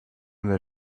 their